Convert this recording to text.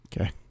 Okay